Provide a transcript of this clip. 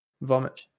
Vomit